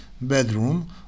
bedroom